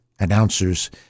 announcers